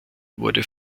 wurde